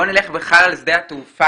בואו נלך בכלל על שדה התעופה.